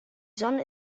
sonne